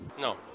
No